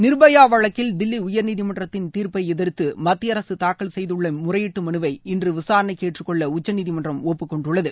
நிர்பயா வழக்கில் தில்லி உயர்நீதிமன்றத்தின் தீர்ப்பை எதிர்த்து மத்திய அரசு தாக்கல் செய்துள்ள முறையீட்டு மனுவை இன்று விசாரணைக்கு ஏற்றுக்கொள்ள உச்சநீதிமன்றம் ஒப்புக்கொண்டுள்ளது